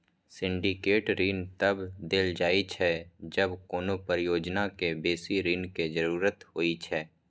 syndicate ऋण तब देल जाइ छै, जब कोनो परियोजना कें बेसी ऋण के जरूरत होइ छै